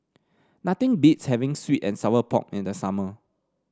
nothing beats having sweet and Sour Pork in the summer